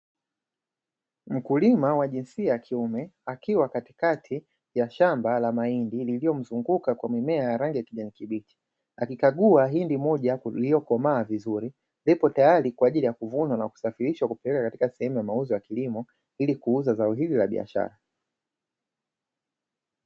Mkulima wa jinsia ya kiume akiwa katikati ya shamba la mahindi liliyo mzunguka kwa mimea ya rangi ya kijani kibichi, akikagua hindi moja lililo komaa vizuri lililopo tayari kwa ajili ya kuvunwa na kusafirishwa na kupelekwa katika sehemu ya mauzo ya kilimo ili kuuza zao hilo la biashara.